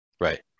Right